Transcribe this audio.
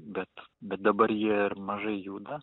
bet bet dabar jie ir mažai juda